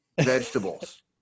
vegetables